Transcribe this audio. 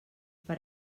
per